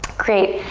great,